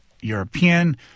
European